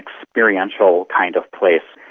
experiential kind of place,